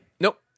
Nope